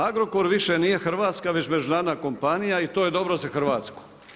Agrokor više nije hrvatska već međunarodna kompanija i to je dobro za Hrvatsku.